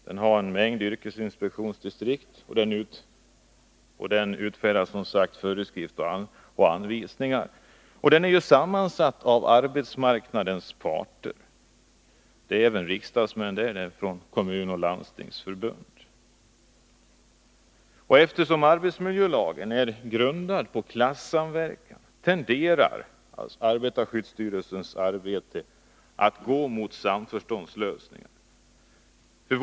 Den har en mängd yrkesinspektionsdistrikt och utfärdar som sagt föreskrifter och anvisningar. Den är sammansatt av arbetsmarknadens parter, men även riksdagsmän och folk från kommunoch landstingsförbund ingår. Eftersom arbetsmiljölagen är grundad på klassamverkan tenderar arbetarskyddsstyrelsens arbete att gå mot samförståndslösningar.